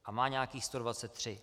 A má nějakých 123.